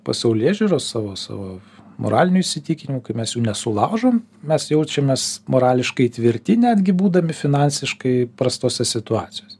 pasaulėžiūros savo savo moralinių įsitikinimų kai mes jų nesulaužom mes jaučiamės morališkai tvirti netgi būdami finansiškai prastose situacijose